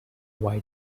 white